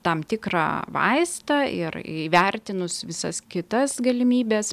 tam tikrą vaistą ir įvertinus visas kitas galimybes